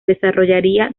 desarrollaría